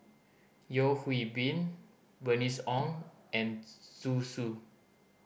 Yeo Hwee Bin Bernice Ong and Zhu Xu